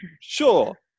sure